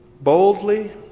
Boldly